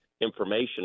information